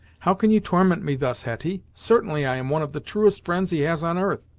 how can you torment me thus, hetty! certainly, i am one of the truest friends he has on earth.